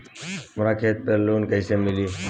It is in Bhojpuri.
हमरा खेत पर लोन कैसे मिली?